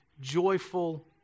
joyful